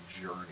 journey